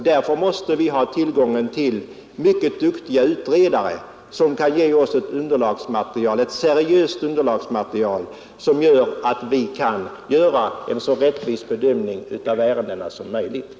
Därför måste vi ha tillgång till mycket duktiga utredare som kan ge oss ett seriöst underlagsmaterial, som sätter oss i stånd att göra en så rättvis bedömning av ärendena som möjligt.